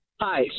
Hi